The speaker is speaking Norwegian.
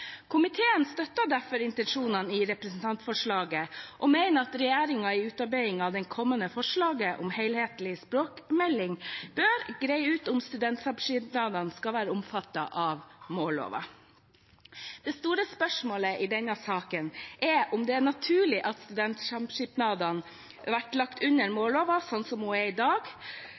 Komiteen støtter derfor intensjonen i representantforslaget og mener at regjeringen i utarbeiding av det kommende forslaget om en helhetlig språkmelding bør greie ut om studentsamskipnadene skal være omfattet av målloven. Det store spørsmålet i denne saken er om det er naturlig at studentsamskipnadene blir lagt under målloven slik den er i dag.